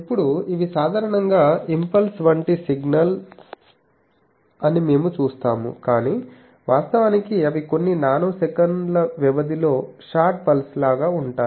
ఇప్పుడు ఇవి సాధారణంగా ఇంపల్స్ వంటిసిగ్నల్స్ అని మేము చూస్తాము కాని వాస్తవానికి అవి కొన్ని నానోసెకన్ల వ్యవధిలో షార్ట్ పల్స్ లాగా ఉంటాయి